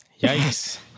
Yikes